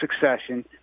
succession